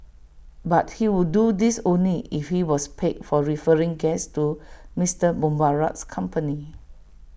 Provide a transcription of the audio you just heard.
but he would do this only if he was paid for referring guests to Mister Mubarak's company